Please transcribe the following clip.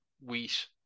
wheat